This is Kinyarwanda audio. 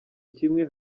kimwe